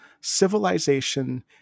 Civilization